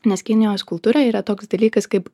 nes kinijos kultūra yra toks dalykas kaip